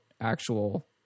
actual